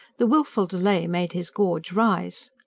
the wilful delay made his gorge rise.